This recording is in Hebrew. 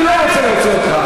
אני לא רוצה להוציא אותך.